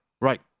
right